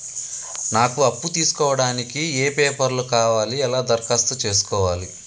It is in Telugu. నాకు అప్పు తీసుకోవడానికి ఏ పేపర్లు కావాలి ఎలా దరఖాస్తు చేసుకోవాలి?